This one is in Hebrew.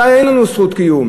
מתי אין לנו זכות קיום.